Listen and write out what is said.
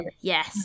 Yes